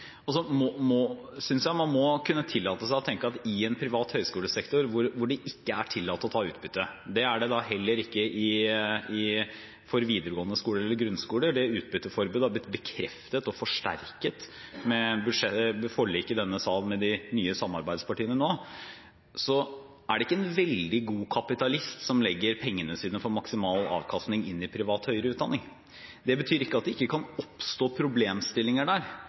jeg man må kunne tillate seg å tenke at i en privat høyskolesektor er det ikke tillatt å ta utbytte. Det er det heller ikke i videregående skole eller grunnskole. Det utbytteforbudet har blitt bekreftet og forsterket med forliket i denne sal med de nye samarbeidspartiene nå. Det er ikke en veldig god kapitalist som setter pengene sine for maksimal avkastning inn i privat høyere utdanning. Det betyr ikke at det ikke kan oppstå problemstillinger der,